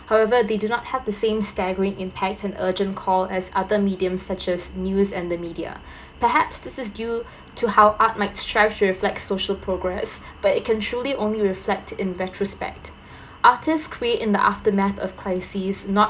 however they do not have the same staggering impact and urgent call as other mediums such as news and the media perhaps this is due to how art might strive to reflect social progress but it can truly only reflect in retrospect artist create in the aftermath of crisis not